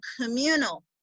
communal